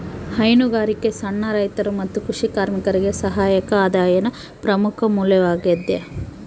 ಹೈನುಗಾರಿಕೆ ಸಣ್ಣ ರೈತರು ಮತ್ತು ಕೃಷಿ ಕಾರ್ಮಿಕರಿಗೆ ಸಹಾಯಕ ಆದಾಯದ ಪ್ರಮುಖ ಮೂಲವಾಗ್ಯದ